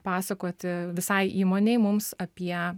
pasakoti visai įmonei mums apie